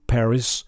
Paris